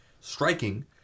striking